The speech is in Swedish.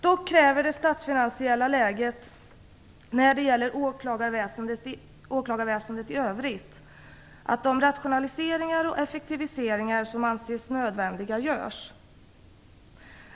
Dock kräver det statsfinansiella läget när det gäller åklagarväsendet i övrigt att de rationaliseringar och effektiviseringar som anses nödvändiga görs.